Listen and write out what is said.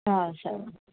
సరే